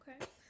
Okay